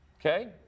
okay